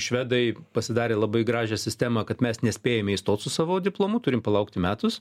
švedai pasidarė labai gražią sistemą kad mes nespėjame įstot su savo diplomu turime palaukti metus